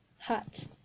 hot